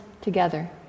together